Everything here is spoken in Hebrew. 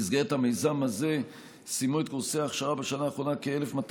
במסגרת המיזם הזה סיימו את קורסי ההכשרה בשנה האחרונה כ-1,200